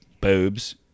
Boobs